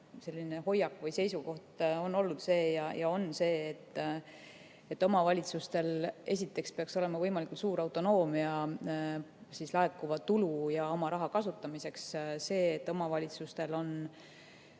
üldine hoiak või seisukoht on olnud see ja on see, et omavalitsustel peaks olema võimalikult suur autonoomia laekuva tulu ja oma raha kasutamiseks. See, et omavalitsustel on